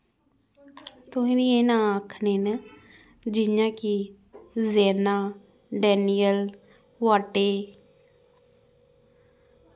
तुसेंगी एह् नांऽ आखने न जियां कि ज़ैना डेनियल कोआटी